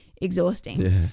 exhausting